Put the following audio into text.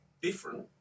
Different